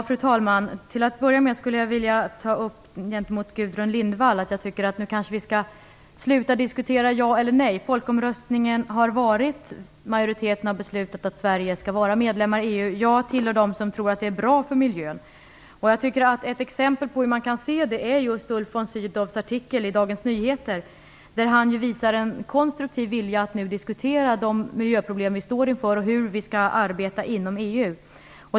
Fru talman! Till att börja med skulle jag vilja säga till Gudrun Lindvall att jag tycker att vi skall sluta att diskutera om man skulle säga ja eller nej. Det har varit folkomröstning. Majoriteten har beslutat att Sverige skall vara medlem i EU. Jag tillhör dem som tror att det är bra för miljön. Ett exempel på hur man kan se det är just Ulf von Sydows artikel i Dagens Nyheter, där han visar en konstruktiv vilja att nu diskutera de miljöproblem vi står inför och hur vi skall arbeta inom EU.